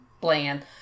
bland